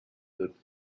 that